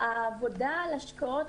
העבודה על השקעות,